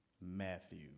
Matthew